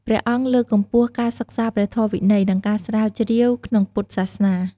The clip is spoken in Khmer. ព្រះអង្គលើកកម្ពស់ការសិក្សាព្រះធម៌វិន័យ និងការស្រាវជ្រាវក្នុងពុទ្ធសាសនា។